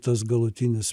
tas galutinis